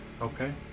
Okay